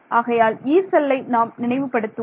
ஆகையால் 'யீ' செல்லை நாம் நினைவு படுத்துவோம்